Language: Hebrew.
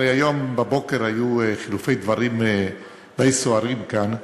הרי היום בבוקר היו חילופי דברים די סוערים כאן.